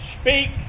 Speak